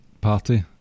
party